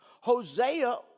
Hosea